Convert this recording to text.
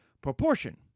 Proportion